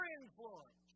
influence